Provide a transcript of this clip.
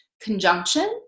conjunction